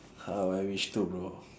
how I wish too bro